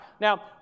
Now